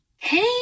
Hey